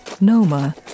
Noma